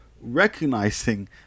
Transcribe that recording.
recognizing